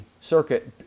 circuit